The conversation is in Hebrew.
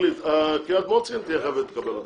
קריית מוצקין תהיה חייבת לקבל אותה,